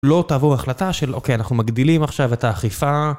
לא תעבור החלטה של אוקיי אנחנו מגדילים עכשיו את האכיפה.